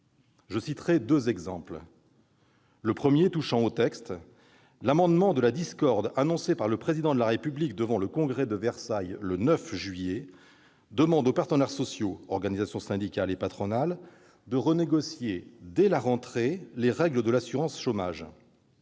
Je citerai deux exemples. Le premier touche au texte : l'amendement de la discorde annoncé par le Président de la République devant le Congrès à Versailles le 9 juillet demande aux partenaires sociaux- organisations syndicales et patronales -de renégocier dès la rentrée les règles de l'assurance chômage,